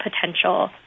potential